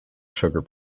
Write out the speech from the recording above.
sugar